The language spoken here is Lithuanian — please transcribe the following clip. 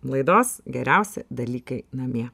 laidos geriausi dalykai namie